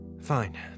Fine